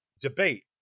debate